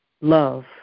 Love